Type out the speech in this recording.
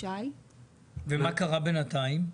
ומה קרה בינתיים?